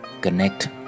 connect